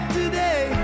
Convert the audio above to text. today